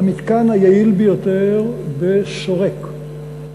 במתקן היעיל ביותר בשורק,